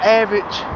average